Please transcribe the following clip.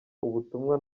ubutumwa